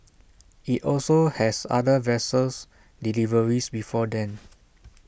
IT also has other vessels deliveries before then